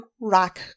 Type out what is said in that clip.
rock